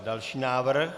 Další návrh?